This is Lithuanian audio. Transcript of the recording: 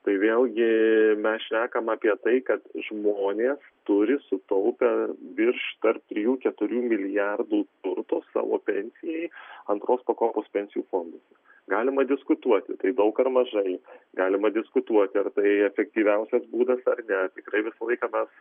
tai vėlgi mes šnekam apie tai kad žmonės turi sutaupę virš tarp trijų keturių milijardų turto savo pensijai antros pakopos pensijų fonduos galima diskutuoti tai daug ar mažai galima diskutuoti ar tai efektyviausias būdas ar ne tikrai visą laiką mes